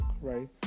right